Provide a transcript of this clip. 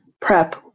PrEP